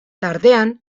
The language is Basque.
tartean